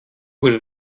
wurde